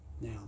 Now